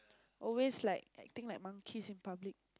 always like acting like monkeys in public